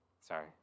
Sorry